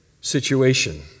situation